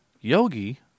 Yogi